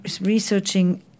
researching